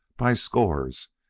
by scores,